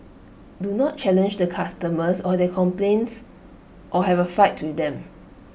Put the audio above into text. do not challenge the customers or their complaints or have A fight with them